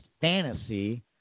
fantasy